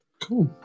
Cool